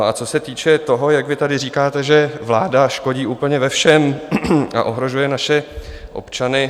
A co se týče toho, jak vy tady říkáte, že vláda škodí úplně ve všem a ohrožuje naše občany.